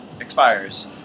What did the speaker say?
expires